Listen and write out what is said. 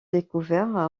découverts